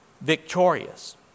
victorious